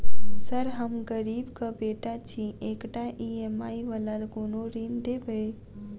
Sir हम गरीबक बेटा छी एकटा ई.एम.आई वला कोनो ऋण देबै?